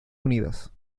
unidas